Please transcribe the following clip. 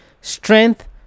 strength